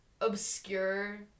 obscure